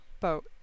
boat